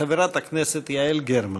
חברת הכנסת יעל גרמן.